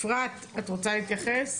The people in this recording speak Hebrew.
אפרת, את רוצה להתייחס,